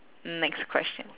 next question